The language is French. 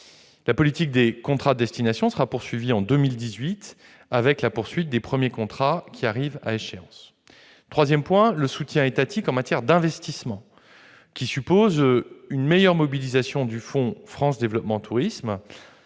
La politique des contrats de destination sera poursuivie en 2018 avec la continuation des premiers contrats qui arrivent à échéance. Troisième axe : le soutien étatique en matière d'investissements, qui suppose une meilleure mobilisation du fonds France Développement Tourisme,